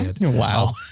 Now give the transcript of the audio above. Wow